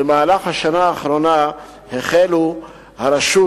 במהלך השנה האחרונה החלה הרשות